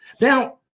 Now